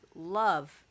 love